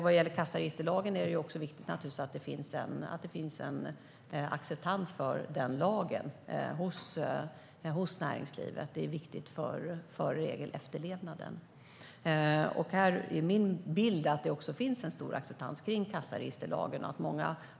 Vad gäller kassaregisterlagen är det viktigt att det finns en acceptans för lagen hos näringslivet. Det är viktigt för regelefterlevnaden. Min bild är att det finns en stor acceptans för kassaregisterlagen.